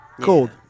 cold